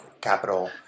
capital